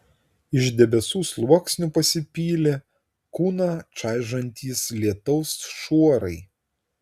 iš debesų sluoksnių pasipylė kūną čaižantys lietaus šuorai